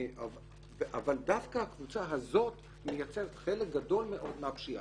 אבל דווקא חלקה של הקבוצה הזאת בפשיעה גדול מאוד.